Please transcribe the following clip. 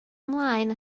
ymlaen